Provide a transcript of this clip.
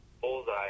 Bullseye